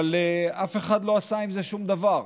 אבל אף אחד לא עשה עם זה שום דבר,